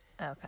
Okay